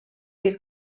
que